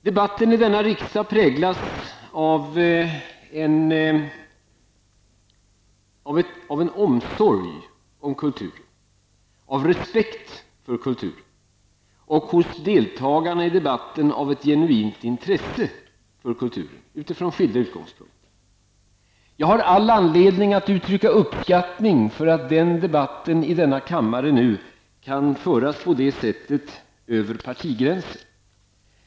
Debatten i denna riksdag präglas av en omsorg om och av respekt för kultur, och deltagarna i debatten visar ett genuint intresse för kultur från skilda utgångspunkter. Jag har all anledning att uttrycka uppskattning för att den debatten i denna kammare nu kan föras på det sättet över partigränserna.